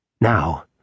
Now